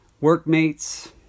workmates